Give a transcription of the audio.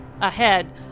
Ahead